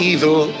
Evil